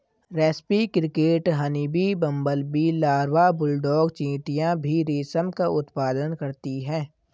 रेस्पी cricket, honeybee, bumblebee larva, bulldog चींटियां भी रेशम का उत्पादन करती हैं